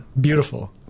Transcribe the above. beautiful